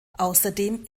außerdem